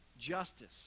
Justice